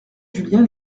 julien